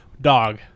Dog